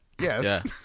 Yes